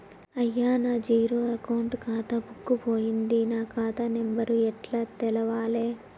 అయ్యా నా zero account ఖాతా బుక్కు పోయింది నా ఖాతా నెంబరు ఎట్ల తెలవాలే?